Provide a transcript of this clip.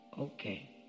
okay